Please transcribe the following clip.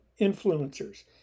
influencers